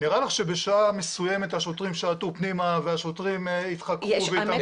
נראה לך שבשעה מסוימת השוטרים שעטו פנימה והשוטרים ידחקו ויתעמתו?